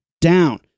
down